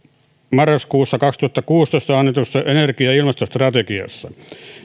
marraskuussa kaksituhattakuusitoista annetussa energia ja ilmastostrategiassa